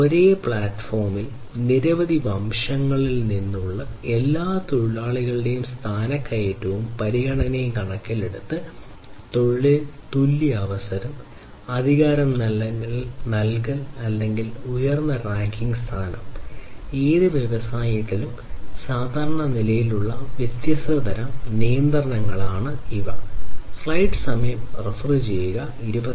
ഒരേ പ്ലാറ്റ്ഫോമിൽ വിവിധ വംശങ്ങളിൽ നിന്നുള്ള എല്ലാ തൊഴിലാളികളുടെയും സ്ഥാനക്കയറ്റവും പരിഗണനയും കണക്കിലെടുത്ത് തൊഴിലിൽ തുല്യ അവസരം അധികാരം നൽകൽ അല്ലെങ്കിൽ ഉയർന്ന റാങ്കിംഗ് സ്ഥാനം ഏത് വ്യവസായത്തിലും സാധാരണ നിലയിലുള്ള വ്യത്യസ്ത തരം നിയന്ത്രണങ്ങളാണ് ഇവ